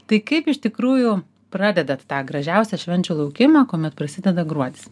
tai kaip iš tikrųjų pradedat tą gražiausią švenčių laukimą kuomet prasideda gruodis